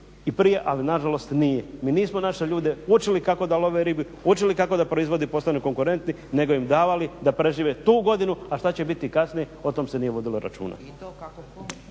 i prije ali nažalost nije. Mi nismo naše ljude učili kako da love ribu, učili kako da proizvodi postanu konkurentni nego im davali da prežive tu godinu a šta će biti kasnije o tom se nije vodilo računa.